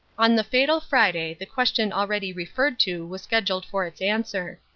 on the fatal friday the question already referred to was scheduled for its answer.